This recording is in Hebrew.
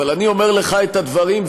אבל אני אומר לך את הדברים,